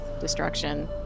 destruction